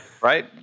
right